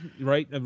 right